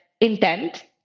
intent